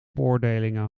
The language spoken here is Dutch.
beoordelingen